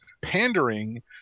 pandering